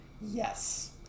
Yes